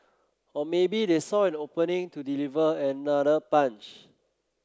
or maybe they saw an opening to deliver another punch